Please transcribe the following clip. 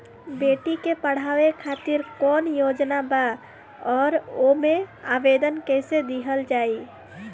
बेटी के पढ़ावें खातिर कौन योजना बा और ओ मे आवेदन कैसे दिहल जायी?